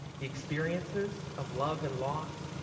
the experiences of love and loss,